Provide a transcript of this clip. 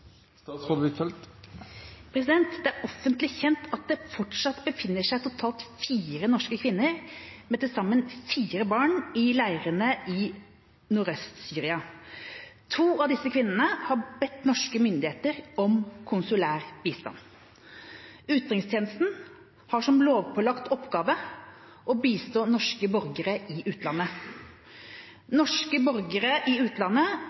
Det er offentlig kjent at det fortsatt befinner seg totalt fire norske kvinner, med til sammen fire barn, i leirene i Nordøst-Syria. To av disse kvinnene har bedt norske myndigheter om konsulær bistand. Utenrikstjenesten har som lovpålagt oppgave å bistå norske borgere i utlandet. Norske borgere i utlandet